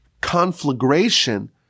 conflagration